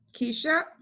Keisha